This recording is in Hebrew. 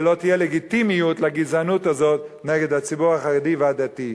ולא תהיה לגיטימיות לגזענות הזאת נגד הציבור החרדי והדתי.